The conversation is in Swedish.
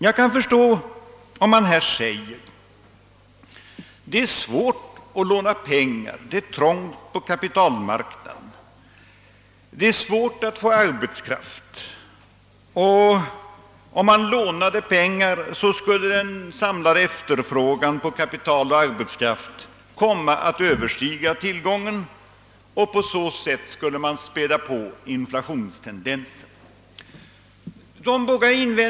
Jag kan förstå om man här säger: Det är svårt att låna pengar, det är trångt på kapitalmarknaden och det är svårt att få arbetskraft. Om man lånar pengar skulle den samlade efterfrågan på kapital och arbetskraft komma att överstiga tillgången, och på så sätt skulle man späda på inflationstendensen.